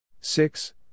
Six